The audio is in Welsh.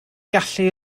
gallu